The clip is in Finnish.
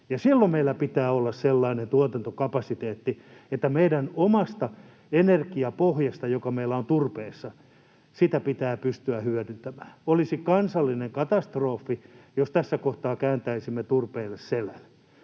silloin meillä pitää olla sellainen tuotantokapasiteetti, että meidän omaa energiapohjaa, joka meillä on turpeessa, pitää pystyä hyödyntämään. Olisi kansallinen katastrofi, [Tuomas Kettusen välihuuto] jos tässä kohtaa kääntäisimme turpeelle selän.